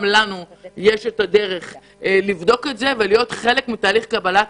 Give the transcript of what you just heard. גם לנו יש את הדרך לבדוק את זה ולהיות חלק מתהליך קבלת